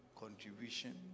contribution